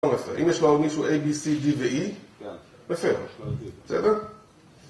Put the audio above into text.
אם יש לנו מישהו a, b, c, d ו-e, בסדר. בסדר?